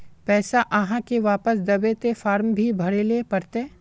पैसा आहाँ के वापस दबे ते फारम भी भरें ले पड़ते?